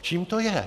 Čím to je?